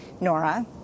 Nora